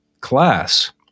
class